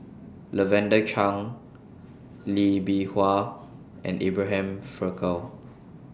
Lavender Chang Lee Bee Wah and Abraham Frankel